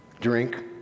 drink